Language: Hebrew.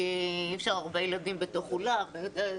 כי אי אפשר הרבה ילדים בתוך אולם.